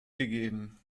gegeben